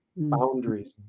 Boundaries